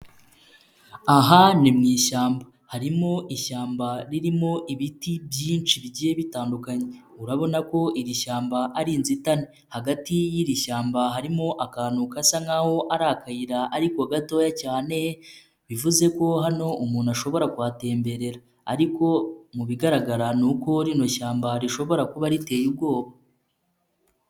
Aha ni mu ishyamba, harimo ishyamba ririmo ibiti byinshi bigiye bitandukanye, urabona ko iri shyamba ari inzitane, hagati y'iri shyamba harimo akantu gasa nkaho ari akayira ariko gatoya cyane bivuze ko hano umuntu ashobora kuhatemberera ariko mu bigaragara ni uko rino shyamba rishobora kuba riteye ubwoba.